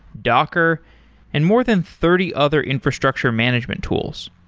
docker and more than thirty other infrastructure management tools.